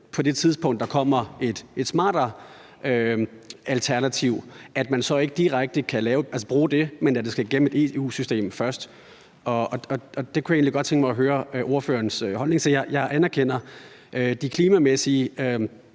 på det tidspunkt, hvor der kommer et smartere alternativ, hvor man så ikke direkte kan bruge det, men hvor det skal igennem et EU-system først, og det kunne jeg egentlig godt tænke mig at høre ordførerens holdning til. Jeg anerkender de klimamæssige